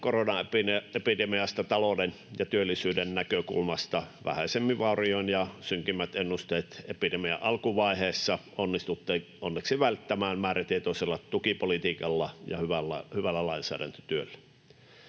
koronaepidemiasta talouden ja työllisyyden näkökulmasta vähäisemmin vaurioin, ja synkimmät ennusteet epidemian alkuvaiheessa onnistuttiin onneksi välttämään määrätietoisella tukipolitiikalla ja hyvällä lainsäädäntötyöllä.